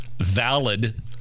valid